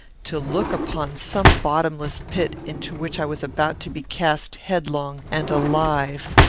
to look upon some bottomless pit, into which i was about to be cast headlong, and alive,